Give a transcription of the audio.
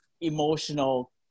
emotional